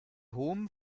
hohem